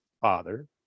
Father